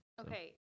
Okay